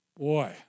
Boy